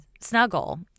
snuggle